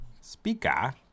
Speaker